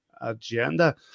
agenda